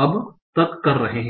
अब तक कर रहे हैं